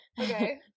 Okay